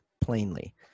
plainly